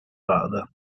vada